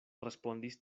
respondis